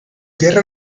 tierra